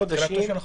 תחולתו של החוק?